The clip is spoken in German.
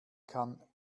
kann